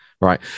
Right